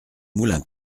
moulin